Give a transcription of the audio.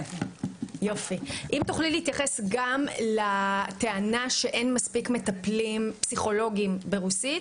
אם תוכלי להתייחס גם לטענה שאין מספיק מטפלים פסיכולוגיים ברוסית,